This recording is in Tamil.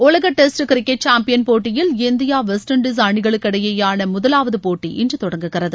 உலக டெஸ்ட் கிரிக்கெட் சாம்பியன் போட்டியில் இந்தியா வெஸ்ட் இண்டீஸ் அணிகளுக்கு இடையேயான முதலாவது போட்டி இன்று தொடங்குகிறது